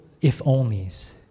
if-onlys